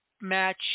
match